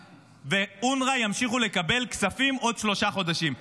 ואונר"א ימשיכו לקבל כספים עוד שלושה חודשים.